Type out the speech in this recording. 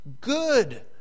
good